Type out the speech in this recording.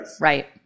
Right